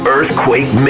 Earthquake